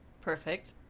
perfect